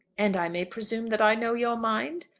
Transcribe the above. and i may presume that i know your mind?